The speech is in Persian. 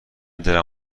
دلم